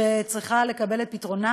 שצריכה לקבל את פתרונה,